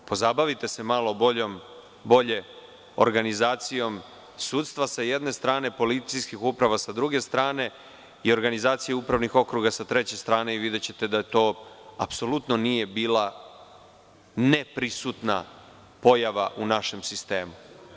Pozabavite se malo bolje organizacijom sudstva, sa jedne strane policijskih uprava, sa druge strane organizacijom upravnih okruga i videćete da tu apsolutno nije bila neprisutna pojava u našem sistemu.